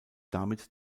damit